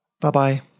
Bye-bye